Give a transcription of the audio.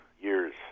years